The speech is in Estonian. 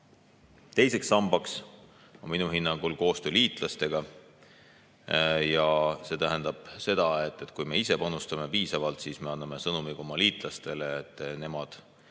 Teiseks sambaks on minu hinnangul koostöö liitlastega. See tähendab seda, et kui me ise panustame piisavalt, siis me anname sõnumi ka oma liitlastele, et nemad